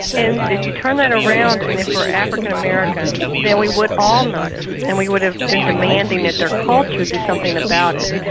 and if you turn that around and if they were african american then we would all notice and we would have been demanding that their culture do something about it.